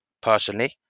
personally